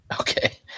Okay